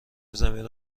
زمین